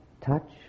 touch